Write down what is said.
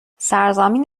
سرزمین